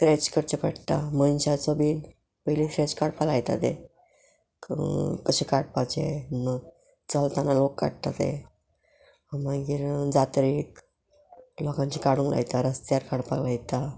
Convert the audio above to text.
scratch करचे पडटा मनशाचो बीन पयली स्क्रेच काडपाक लायता ते कशे काडपाचे चलतना लोक काडटा ते मागीर जात्रेक लोकांचे काडूंक लायता रस्त्यार काडपाक लायता